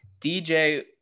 DJ